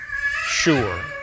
sure